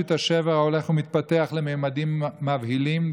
את השבר ההולך ומתפתח לממדים מבהילים,